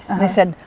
and they said,